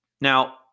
Now